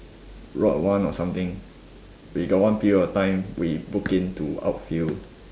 rot one or something we got one period of time we book into outfield